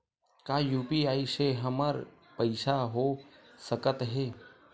का यू.पी.आई से हमर पईसा हो सकत हे?